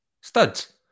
Studs